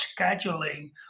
scheduling